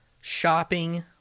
shopping